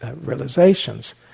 realizations